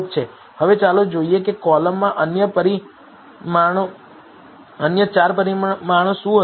હવે ચાલો જોઈએ કે કોલમમાં અન્ય 4 પરિમાણો શું કહે છે